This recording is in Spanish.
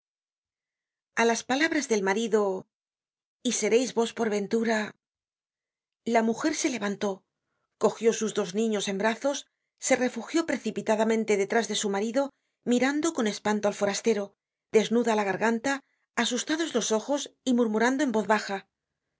a las palabras del marido y seréis vos por ventura la mujer se le content from google book search generated at vantó cogió sus dos niños en brazos se refugió precipitadamente detrás de su marido mirando con espanto al forastero desnuda la garganta asustados los ojos y murmurando en voz baja